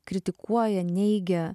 kritikuoja neigia